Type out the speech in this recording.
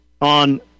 on